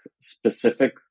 specific